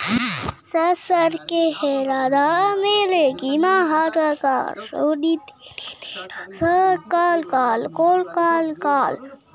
दोमट मिट्टी के लिए डी.ए.पी एवं एन.पी.के खाद में कौन